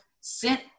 sent